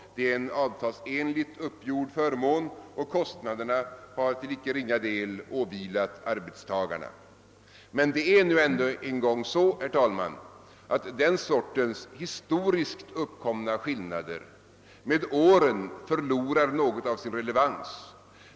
Det är en avtalsenligt uppgjord förmån, och kostnaderna har till icke ringa del åvilat arbetstagarna. Men det är nu en gång så, herr talman, att den sortens historiskt uppkomna skillnader med åren förlorar något av sin relevans.